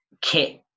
kit